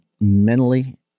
Mentally